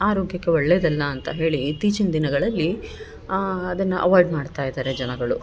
ಆರೋಗ್ಯಕ್ಕೆ ಒಳ್ಳೇಯದಲ್ಲ ಅಂತ ಹೇಳಿ ಇತ್ತೀಚಿನ ದಿನಗಳಲ್ಲಿ ಅದನ್ನ ಅವಾಯ್ಡ್ ಮಾಡ್ತಾಯಿದ್ದಾರೆ ಜನಗಳು